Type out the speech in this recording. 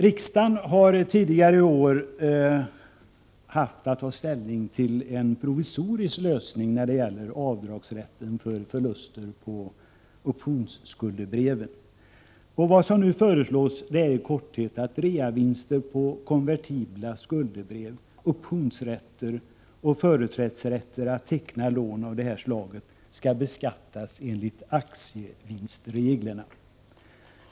Riksdagen har tidigare i år haft att ta ställning till en provisorisk lösning när det gäller avdragsrätten för förluster på optionsskuldebrev. Vad som nu föreslås är i korthet att reavinster på konvertibla skuldebrev, optionsrätter och företrädesrätter att teckna lån av detta slag skall beskattas enligt aktievinstreglerna.